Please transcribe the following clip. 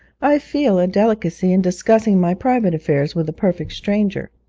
i feel a delicacy in discussing my private affairs with a perfect stranger